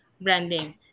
branding